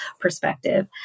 perspective